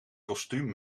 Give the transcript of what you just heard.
kostuum